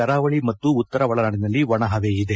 ಕರಾವಳಿ ಮತ್ತು ಉತ್ತರ ಒಳನಾಡಿನಲ್ಲಿ ಒಣಹವೆ ಇದೆ